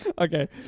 Okay